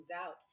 out